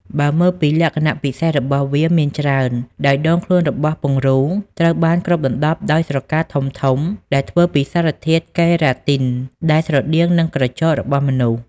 បើមើលពីលក្ខណៈពិសេសរបស់វាមានច្រើន ដោយដងខ្លួនរបស់ពង្រូលត្រូវបានគ្របដណ្ដប់ដោយស្រកាធំៗដែលធ្វើពីសារធាតុកេរ៉ាទីន ដែលស្រដៀងនឹងក្រចករបស់មនុស្ស។